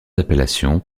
appellations